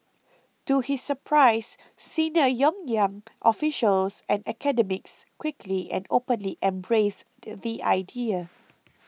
to his surprise senior Pyongyang officials and academics quickly and openly embraced the idea